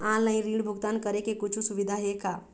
Online ऋण भुगतान करे के कुछू सुविधा हे का?